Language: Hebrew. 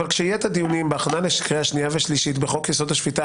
כשיהיו דיונים בהכנה לקריאה שנייה ושלישית בחוק-יסוד: השפיטה,